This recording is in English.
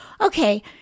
okay